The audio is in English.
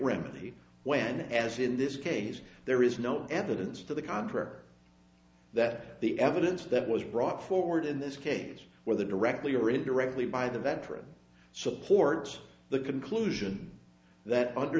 remedy when as in this case there is no evidence to the contrary that the evidence that was brought forward in this case whether directly or indirectly by the veteran supports the conclusion that under